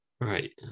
right